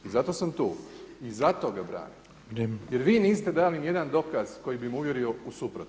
I zato sam tu i zato ga branim jer vi niste dali ni jedan dokaz koji bi me uvjerio u suprotno.